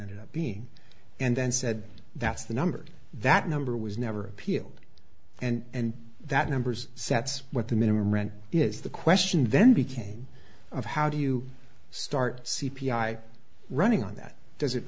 ended up being and then said that's the number that number was never appealed and that number's sets what the minimum rent is the question then became of how do you start c p i running on that does it